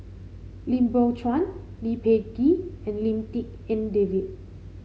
Lim Biow Chuan Lee Peh Gee and Lim Tik En David